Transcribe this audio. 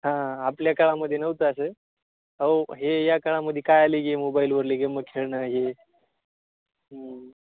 हां आपल्या काळामध्ये नव्हतं असं अ हो हे या काळामध्ये काय आलं आहे गेम मोबाईलवरले गेमं खेळणं हे